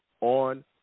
on